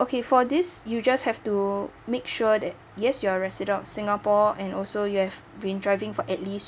okay for this you just have to make sure that yes you're resident of singapore and also you have been driving for at least